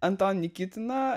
anton nikitino